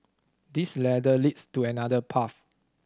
this ladder leads to another path